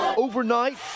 Overnight